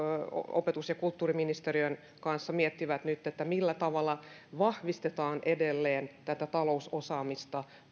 opetus ja kulttuuriministeriön kanssa miettivät nyt millä tavalla vahvistetaan edelleen tätä talousosaamista